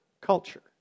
culture